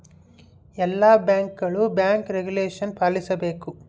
ಎಲ್ಲ ಬ್ಯಾಂಕ್ಗಳು bank regulation ಪಾಲಿಸಬೇಕು